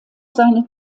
seine